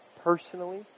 personally